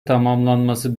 tamamlanması